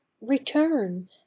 Return